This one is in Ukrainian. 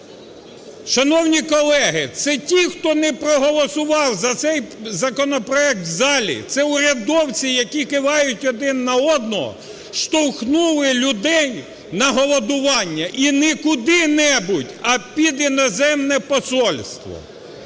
Шановні колеги, це ті, хто не проголосував за цей законопроект в залі, це урядовці, які кивають один на одного, штовхнули людей на голодування і ні куди-небудь, а під іноземне посольство.